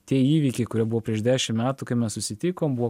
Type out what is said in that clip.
tie įvykiai kurie buvo prieš dešimt metų kai mes susitikom buvo